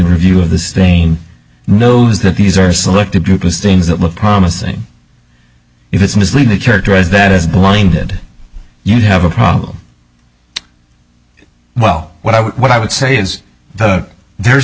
review of the stain knows that these are selected group is things that look promising if it's misleading characterize that is blinded you have a problem well what i would what i would say is that there's